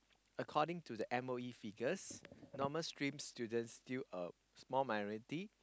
according to the M_O_E figures normal streams students still a small minority